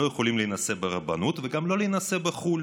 "לא יכולים להינשא ברבנות וגם לא להינשא בחו"ל".